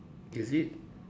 is it